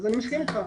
אז אני מסכים איתך.